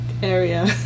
Area